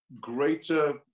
greater